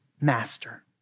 master